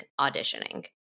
auditioning